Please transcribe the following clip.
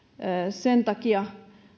sen takia